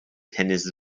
tennis